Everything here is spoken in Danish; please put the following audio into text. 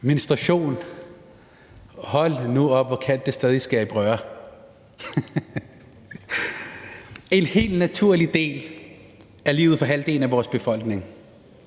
Menstruation – hold nu op, hvor kan det stadig skabe røre. Det er en helt naturlig del af livet for halvdelen af vores befolkning,